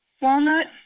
Walnut